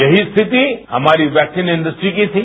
यही स्थिति हमारी वैक्सीन इंडस्ट्री की थी